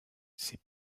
ces